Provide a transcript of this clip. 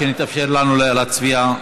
שיתאפשר לנו להצביע.